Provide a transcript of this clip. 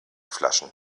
flaschen